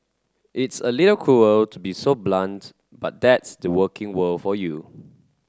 it's a little cruel to be so blunt but that's the working world for you